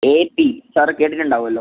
A B sir കേട്ടിട്ട് ഉണ്ടാവും അല്ലേ